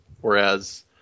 Whereas